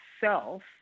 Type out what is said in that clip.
self